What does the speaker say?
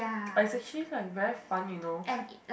but it's actually not very fun you know